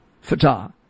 Fatah